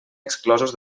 exclosos